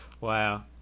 Wow